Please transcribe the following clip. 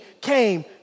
came